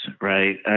right